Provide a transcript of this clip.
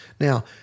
Now